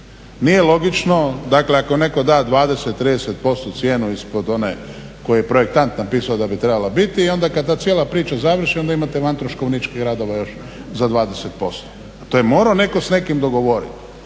Nije logično, dakle ako netko da 20, 30 % cijenu ispod one koju je projektant napisao da bi trebala biti i onda kad ta cijela priča završi onda imate vantroškovničkih radova još za 20%. To je morao netko s nekim dogovoriti.